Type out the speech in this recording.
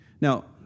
Now